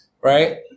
Right